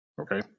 okay